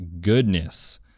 goodness